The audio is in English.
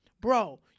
Bro